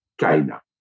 China